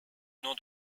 nom